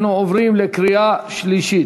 אנחנו עוברים לקריאה השלישית.